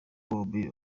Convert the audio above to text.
bombi